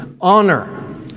honor